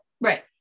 right